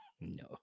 No